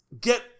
get